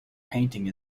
painting